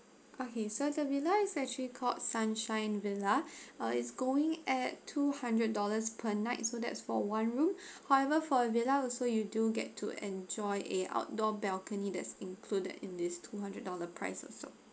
okay so the villa is actually called sunshine villa uh it's going at two hundred dollars per night so that's for one room however for a villa also you do get to enjoy a outdoor balcony that's included in these two hundred dollar price also